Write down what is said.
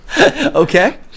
Okay